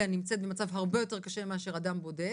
נמצאת במצב הרבה יותר קשה מאשר אדם בודד.